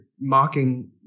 mocking